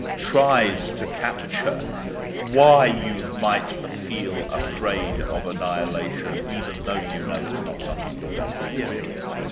tries to capture why you might ah feel afraid of annihilation, even though you know it's not something you're going to experience.